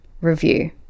review